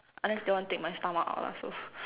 unless they wanna take my stomach out lah so